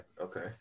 okay